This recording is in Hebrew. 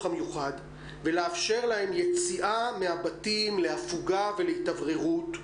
המיוחד ולאפשר להם יציאה מהבתים להפוגה ולהתאווררות,